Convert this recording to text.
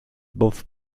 both